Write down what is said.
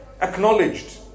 acknowledged